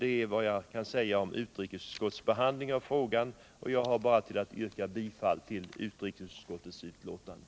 Det är vad jag kan säga om utrikesutskottets behandling av frågan, och jag har bara att yrka bifall till utskottets hemställan.